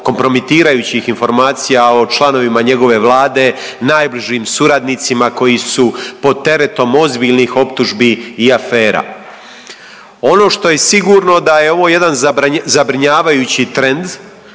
kompromitirajućih informacija o članovima njegove Vlade, najbližim suradnicima koji su pod teretom ozbiljnih optužbi i afera. Ono što je sigurno da je ovo jedan zabrinjavajući trend